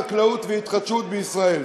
חקלאות והתחדשות בישראל.